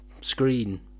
screen